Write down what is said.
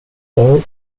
all